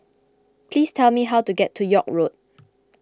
please tell me how to get to York Road